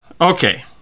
Okay